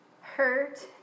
hurt